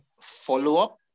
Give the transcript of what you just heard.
follow-up